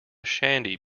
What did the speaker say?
shandy